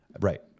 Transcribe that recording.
right